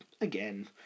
again